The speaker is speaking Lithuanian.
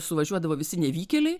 suvažiuodavo visi nevykėliai